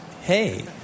Hey